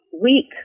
weak